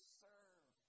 serve